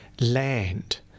land